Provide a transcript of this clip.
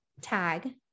tag